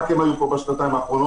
רק הם היו פה בשנתיים האחרונות,